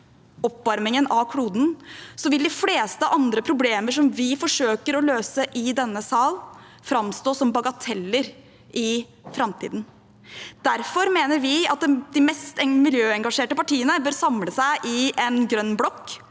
oppvarmingen av kloden, vil de fleste andre problemer som vi forsøker å løse i denne sal, framstå som bagateller i framtiden. Derfor mener vi at de mest miljøengasjerte partiene bør samle seg i en grønn blokk.